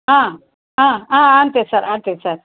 అంతే సార్ అంతే సార్